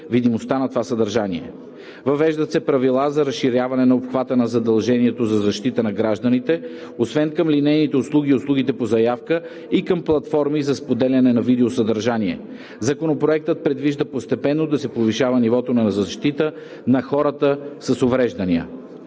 видимостта на това съдържание. Въвеждат се правила за разширяване на обхвата на задължението за защита на гражданите, освен към линейните услуги и услугите по заявка, и към платформи за споделяне на видеосъдържание. Законопроектът предвижда постепенно да се повишава нивото на защита на хората с увреждания.